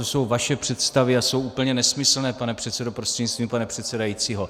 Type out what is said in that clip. To jsou vaše představy a jsou úplně nesmyslné, pane předsedo prostřednictvím pana předsedajícího.